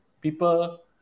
People